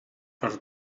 per